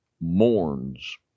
mourns